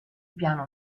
piano